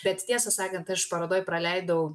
bet tiesą sakant aš parodoj praleidau